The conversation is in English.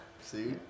See